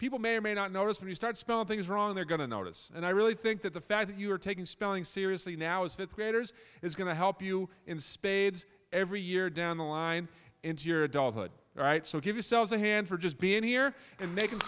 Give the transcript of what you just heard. people may or may not notice when you start small things wrong they're going to notice and i really think that the fact that you are taking spelling seriously now is fifth graders is going to help you in spades every year down the line into your adulthood all right so give yourselves a hand for just being here and making